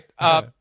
right